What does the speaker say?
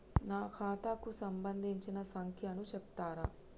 నా ఖాతా కు సంబంధించిన సంఖ్య ను చెప్తరా?